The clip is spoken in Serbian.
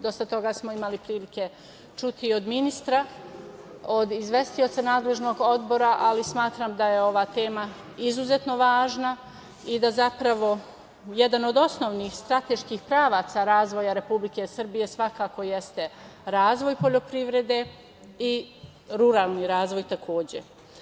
Dosta toga smo imali prilike čuti od ministra i izvestioca nadležnog odbora, ali smatram da je ova tema izuzetno važna i da zapravo jedan od osnovnih strateških pravaca razvoja Republike Srbije svakako jeste razvoj poljoprivrede i ruralni razvoj takođe.